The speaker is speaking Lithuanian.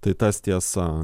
tai tas tiesa